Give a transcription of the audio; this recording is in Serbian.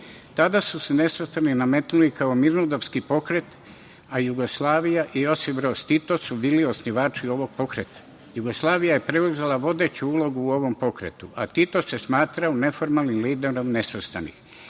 Tada su se Nesvrstani nametnuli kao mirnodopski pokret, a Jugoslavija i Josip Broz Tito su bili osnivači ovog pokreta. Jugoslavija je preuzela vodeću ulogu u ovom pokretu, a Tito se smatrao neformalnim liderom Nesvrstanih.